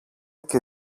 και